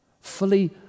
fully